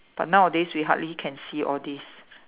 but nowadays we hardly can see all these